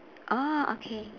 oh okay